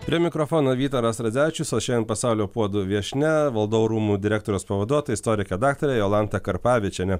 prie mikrofono vytaras radzevičius o šiandien pasaulio puodų viešnia valdovų rūmų direktoriaus pavaduotoja istorikė daktarė jolanta karpavičienė